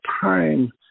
time